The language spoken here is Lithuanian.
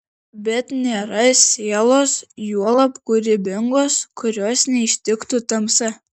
bet nėra sielos juolab kūrybingos kurios neištiktų tamsa